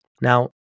Now